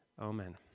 Amen